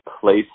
place